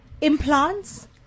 implants